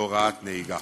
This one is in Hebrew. בהוראת נהיגה.